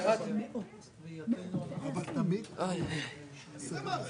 אחרי "לקוח"